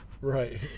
Right